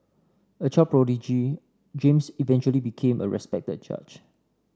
a child prodigy James eventually became a respected judge